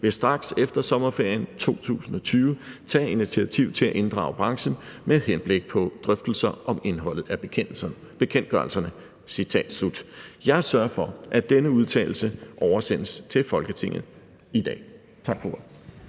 vil straks efter sommerferien 2020 tage initiativ til at inddrage branchen med henblik på drøftelser om indholdet af bekendtgørelserne.« Jeg sørger for, at denne udtalelse oversendes til Folketinget i dag.